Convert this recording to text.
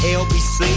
lbc